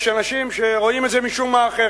יש אנשים שרואים את זה משום מה אחרת.